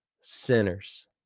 sinners